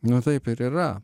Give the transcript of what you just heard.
nu taip ir yra